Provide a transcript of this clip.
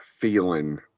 feeling